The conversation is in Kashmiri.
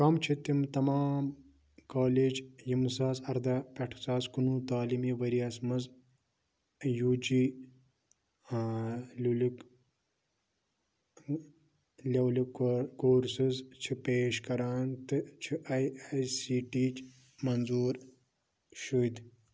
کم چھِ تِم تمام کالیج یِم زٕ ساس اَرداہ پٮ۪ٹھ زٕ ساس کُنہٕ وُہ تعلیٖمی ؤریِس منٛز یوٗ جی لیُلیُک لیولیُک کورسٕز چھِ پیش کران تہٕ چھِ آی آی سی ٹی یِچ منظوٗر شُدۍ